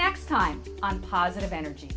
next time on positive energy